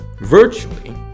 virtually